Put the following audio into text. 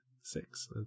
Six